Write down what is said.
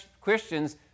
Christians